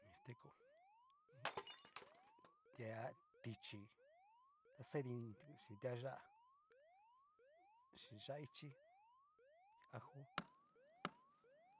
Mixteco tia tichí ta xadi chín tiayá chin yá'a ichi ajo.